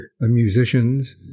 musicians